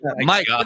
Mike